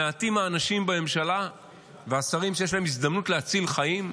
מעטים האנשים בממשלה והשרים שיש להם הזדמנות להציל חיים,